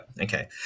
okay